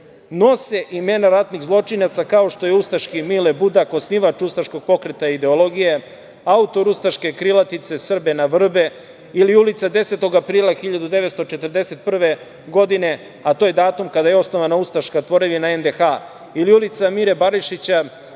nose imena ratnih zločinaca, kao što je ustaški Mile Budak osnivač ustaškog pokreta i ideologije, autor ustaške krilatice „Srbe na vrbe“ ili ulica 10. aprila 1941. godine, a to je datum kada je osnovana ustaška tvorevina NDH ili ulica Mire Barišića